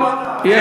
ועדת חוץ וביטחון.